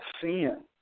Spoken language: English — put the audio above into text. sin